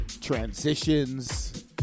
Transitions